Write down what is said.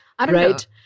Right